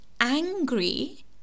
angry